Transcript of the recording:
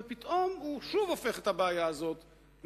ופתאום הוא שוב הופך את הבעיה לבעיה